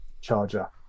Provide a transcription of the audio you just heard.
charger